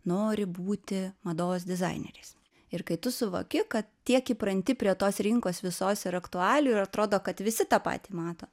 nori būti mados dizaineriais ir kai tu suvoki kad tiek įpranti prie tos rinkos visos ir aktualijų ir atrodo kad visi tą patį mato